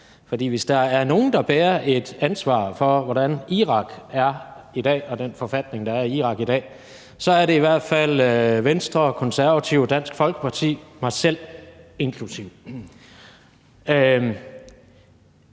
Irak. Hvis der er nogen, der bærer et ansvar for, hvordan Irak er i dag, og den forfatning, Irak er i i dag, så er det i hvert fald Venstre, Konservative og Dansk Folkeparti, mig selv inklusive.